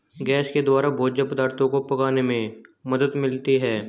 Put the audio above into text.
gas के द्वारा भोज्य पदार्थो को पकाने में मदद मिलती है